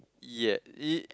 yet it